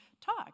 talk